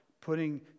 putting